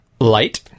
Light